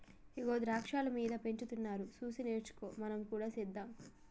ఇగో ద్రాక్షాలు మీద పెంచుతున్నారు సూసి నేర్చుకో మనం కూడా సెద్దాం